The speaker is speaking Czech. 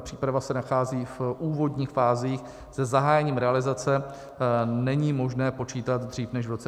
Příprava se nachází v úvodních fázích, se zahájením realizace není možné počítat dřív než v roce 2028.